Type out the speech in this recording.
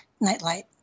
Nightlight